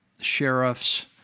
sheriffs